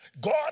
God